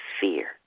fear